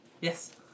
Yes